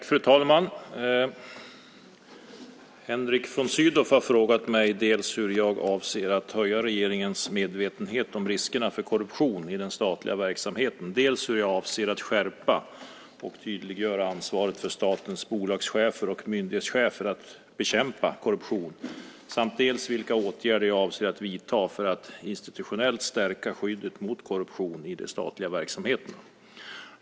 Fru talman! Henrik von Sydow har frågat mig dels hur jag avser att höja regeringens medvetenhet om riskerna för korruption i den statliga verksamheten, dels hur jag avser att skärpa och tydliggöra ansvaret för statens bolagschefer och myndighetschefer att bekämpa korruption samt dels vilka åtgärder jag avser att vidta för att institutionellt stärka skyddet mot korruption i de statliga verksamheterna.